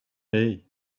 hey